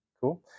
Cool